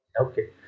Okay